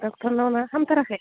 ड'क्टरनाव ना हामथाराखै